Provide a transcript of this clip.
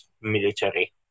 military